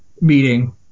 meeting